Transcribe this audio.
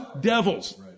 devils